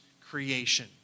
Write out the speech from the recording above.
creation